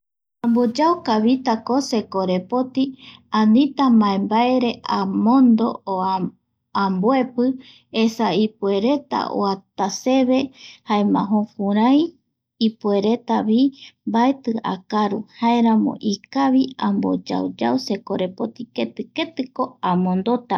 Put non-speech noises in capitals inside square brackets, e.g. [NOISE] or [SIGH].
Amboyao kavita se korepoti anita mbae mbae reiamondo [HESITATION] esa ipuereta oata seve jaema jukurai ipueretavi baeti akaru jaeramo ikavi amboyaoyao se korepoti ketiketiko amondota